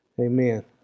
Amen